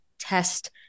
Test